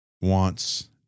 wants